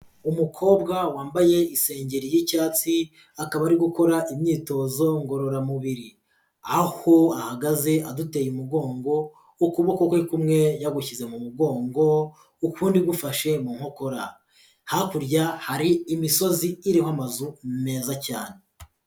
Umukobwa wambaye isengeri y'icyatsi, akaba ari gukora imyitozo ngororamubiri. Aho ahagaze aduteye umugongo, ukuboko kwe kumwe yagushyize mu mugongo, ukundi gufashe mu nkokora. Hakurya hari imisozi iriho amazu meza cyane.